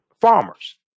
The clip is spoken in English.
farmers